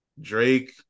Drake